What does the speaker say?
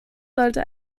sollte